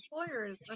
employers